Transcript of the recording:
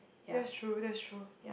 that's true that's true